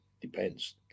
depends